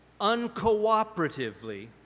uncooperatively